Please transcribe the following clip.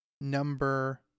number